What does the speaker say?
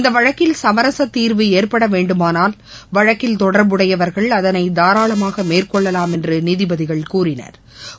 இந்தவழக்கில் சமரசதீர்வு ஏற்படவேண்டுமானால் வழக்கில் தொடர்புடையவர்கள் அதனைதாராளமாகமேற்கொள்ளலாம் என்றுநீதிபதிகள் கூறினா்